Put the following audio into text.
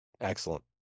excellent